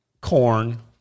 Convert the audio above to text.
corn